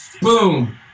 Boom